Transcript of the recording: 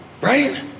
right